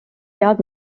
head